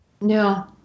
no